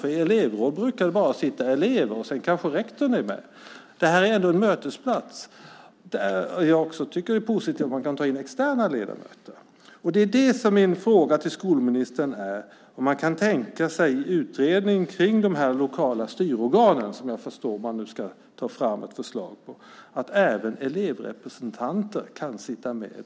I ett elevråd brukar det bara vara elever, och sedan kanske rektorn är med. Detta är ändå en mötesplats. Det är också positivt att man kan ta in externa ledamöter. Min fråga till skolministern är om han kan tänka sig en utredning om de lokala styrorganen, som jag förstår att man nu ska ta fram ett förslag om, och att även elevrepresentanter kan sitta med.